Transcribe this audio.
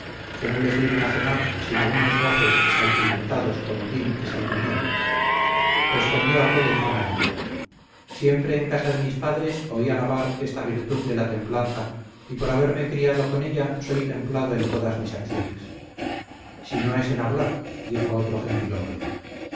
que no les dieron a cenar sino unos bofes salpimentados con hollín y salpimiento respondió aquel entonadillo siempre en casa de mis padres oí alabar esta virtud de la templanza y por haberme criado con ella soy templado en todas mis acciones si no es en hablar dijo otro